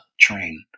train